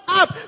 up